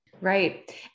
Right